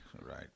right